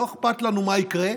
לא אכפת לנו מה יקרה,